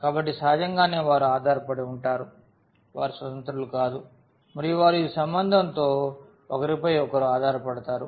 కాబట్టి సహజంగానే వారు ఆధారపడి ఉంటారు వారు స్వతంత్రులు కాదు మరియు వారు ఈ సంబంధంతో ఒకరిపై ఒకరు ఆధారపడతారు